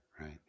right